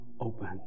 open